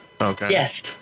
yes